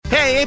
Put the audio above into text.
Hey